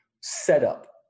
setup